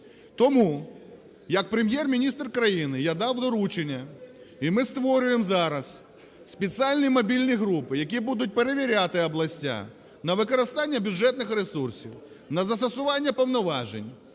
Тому, як Прем’єр-міністр країни, я дав доручення, і ми створюємо зараз спеціальні мобільні групи, які будуть перевіряти області на використання бюджетних ресурсів, на застосування повноважень,